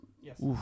Yes